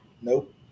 Nope